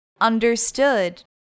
understood